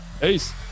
Peace